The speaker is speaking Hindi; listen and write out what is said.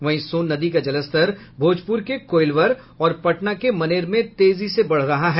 वहीं सोन नदी का जलस्तर भोजपुर के कोइलवर और पटना के मनेर में तेजी से बढ़ रहा है